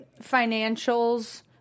financials